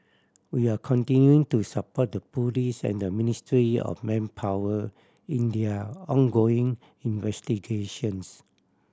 we are continuing to support the police and the Ministry of Manpower in their ongoing investigations